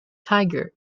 tiger